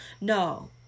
No